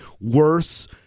worse